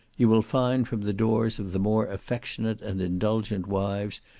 you will find from the doors of the more affectionate and indulgent wives,